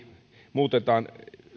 muutetaan